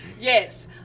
Yes